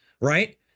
right